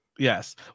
Yes